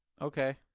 Okay